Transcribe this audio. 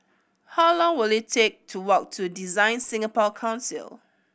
how long will it take to walk to DesignSingapore Council